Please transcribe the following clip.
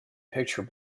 picture